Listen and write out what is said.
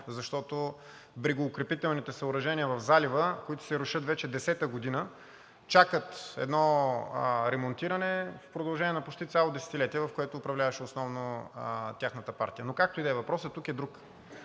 защото брегоукрепителните съоръжения в залива, които се рушат вече десета година, чакат ремонтиране в продължение на почти цяло десетилетие, в което управляваше основно тяхната партия? Но както и да е. Въпросът тук е друг.